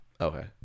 okay